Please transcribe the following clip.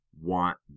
want